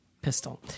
Pistol